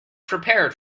prepared